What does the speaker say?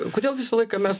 kodėl visą laiką mes